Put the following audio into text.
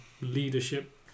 leadership